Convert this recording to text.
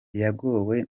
yagowe